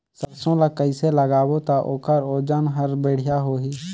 सरसो ला कइसे लगाबो ता ओकर ओजन हर बेडिया होही?